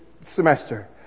semester